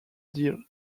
deal